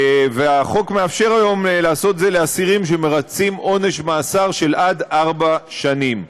והחוק מאפשר היום לעשות את זה לאסירים שמרצים עונש מאסר עד ארבע שנים,